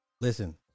Listen